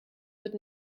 wird